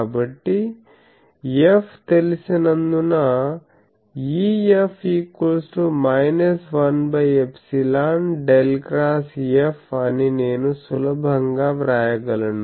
కాబట్టి F తెలిసి నందున EF 1∊ ∇ X F అని నేను సులభం గా వ్రాయగలను